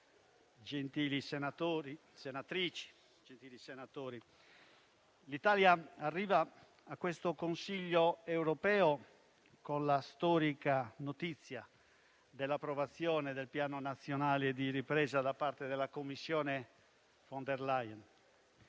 gentili senatori e senatrici l'Italia arriva a questo Consiglio europeo con la storica notizia dell'approvazione del Piano nazionale di ripresa e resilienza da parte della Commissione von der Leyen.